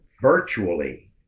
virtually